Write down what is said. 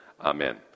Amen